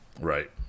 Right